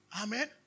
Amen